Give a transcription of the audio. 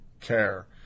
care